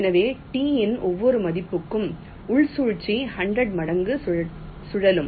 எனவே T இன் ஒவ்வொரு மதிப்புக்கும் உள் சுழற்சி 100 மடங்கு சுழலும்